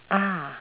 ah